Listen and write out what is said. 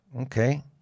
okay